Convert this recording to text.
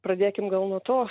pradėkim gal nuo to